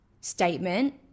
statement